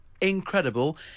incredible